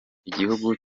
igihugu